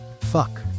Fuck